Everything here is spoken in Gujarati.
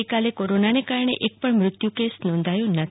ગઈકાલે કોરોનાને કારણે એક પણ મૃત્યુનો કેસ નોંધાયો નથી